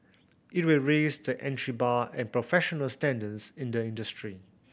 it will raise the entry bar and professional standards in the industry